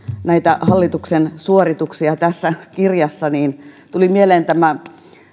näitä hallituksen suorituksia tässä kirjassa tuli mieleen tämä